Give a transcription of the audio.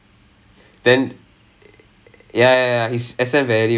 you got heavy accent is it with all the volts and all that